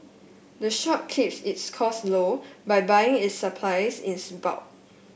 the shop keeps its costs low by buying its supplies in bulk